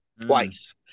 twice